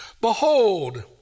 Behold